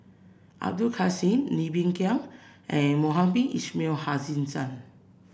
Abdul Kadir Syed Ng Bee Kia and Mohamed Ismail Hussain